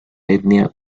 etnia